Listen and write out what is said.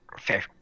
fair